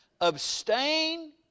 abstain